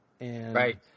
Right